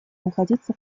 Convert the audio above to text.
находиться